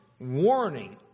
warning